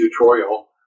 tutorial